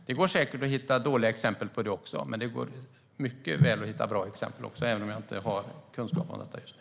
Det går säkert att hitta dåliga exempel på det, men det går mycket väl att hitta bra exempel också, även om jag inte har kunskap om detta just nu.